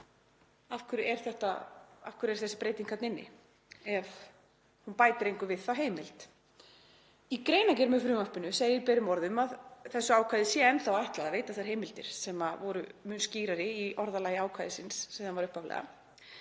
af hverju er þessi breyting þarna inni ef hún bætir engu við þá heimild? Í greinargerð með frumvarpinu segir berum orðum að þessu ákvæði sé enn þá ætlað að veita þær heimildir, sem voru mun skýrari í orðalagi ákvæðisins eins og það var upphaflega.